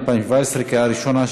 בקריאה ראשונה,